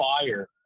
fire